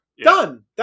done